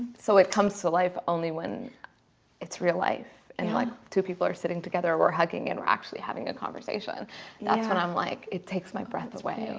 so it comes to life only when it's real life and you're like two people are sitting together. we're hugging and we're actually having a conversation that's what i'm like it takes my breath away.